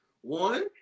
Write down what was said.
One